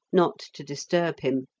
not to disturb him.